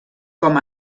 com